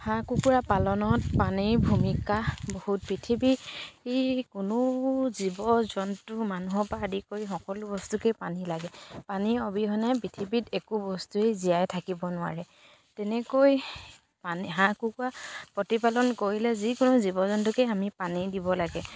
হাঁহ কুকুৰা পালনত পানীৰ ভূমিকা বহুত পৃথিৱী কোনো জীৱ জন্তু মানুহৰ পৰা আদি কৰি সকলো বস্তুকেই পানী লাগে পানীৰ অবিহনে পৃথিৱীত একো বস্তুৱেই জীয়াই থাকিব নোৱাৰে তেনেকৈ পানী হাঁহ কুকুৰা প্ৰতিপালন কৰিলে যিকোনো জীৱ জন্তুকে আমি পানী দিব লাগে